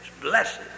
blessed